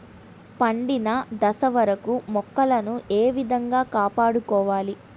పండిన దశ వరకు మొక్కలను ఏ విధంగా కాపాడుకోవాలి?